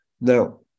Now